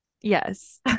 Yes